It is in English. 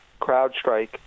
CrowdStrike